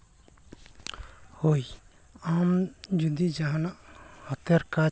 ᱦᱳᱭ ᱟᱢ ᱡᱩᱫᱤ ᱡᱟᱦᱟᱸᱱᱟᱜ ᱦᱟᱛᱮᱨ ᱠᱟᱡ